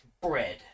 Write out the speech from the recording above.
Bread